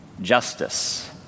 justice